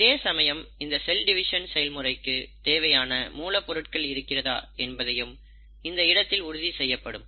இதேசமயம் இந்த cell division செயல்முறைக்கு தேவையான மூலப்பொருட்கள் இருக்கிறதா என்பதையும் இந்த இடத்தில் உறுதி செய்யப்படும்